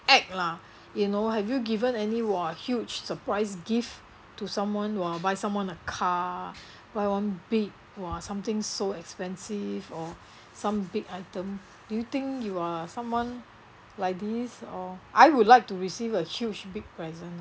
act lah you know have you given any !wah! huge surprise gift to someone !wah! buy someone a car buy one big !wah! something so expensive or some big item do you think you are someone like this or I would like to receive a huge big present